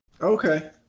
okay